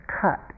cut